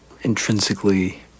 intrinsically